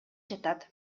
жатат